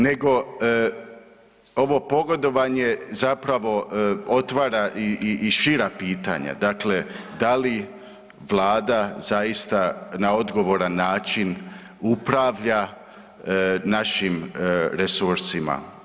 Nego ovo pogodovanje zapravo otvara i šira pitanja, dakle da li Vlada zaista na odgovoran način upravlja našim resursima?